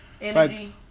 Energy